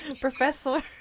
Professor